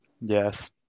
Yes